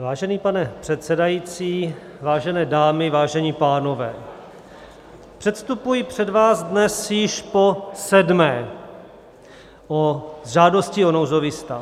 Vážený pane předsedající, vážené dámy, vážení pánové, předstupuji před vás dnes již posedmé s žádostí o nouzový stav.